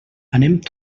anem